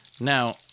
Now